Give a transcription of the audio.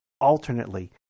alternately